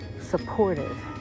supportive